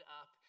up